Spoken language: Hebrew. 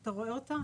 אתה רואה אותה?